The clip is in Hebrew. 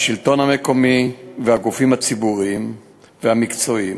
השלטון המקומי והגופים הציבוריים והמקצועיים.